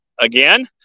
again